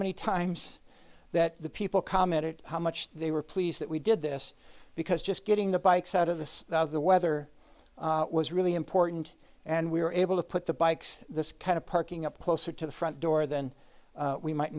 many times that the people commented how much they were pleased that we did this because just getting the bikes out of this the weather was really important and we were able to put the bikes this kind of parking up closer to the front door than we might